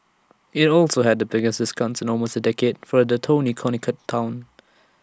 IT also had the biggest discounts in almost A decade for the Tony Connecticut Town